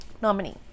nominee